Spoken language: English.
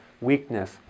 weakness